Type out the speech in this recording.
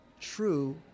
true